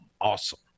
awesome